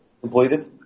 completed